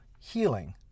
healing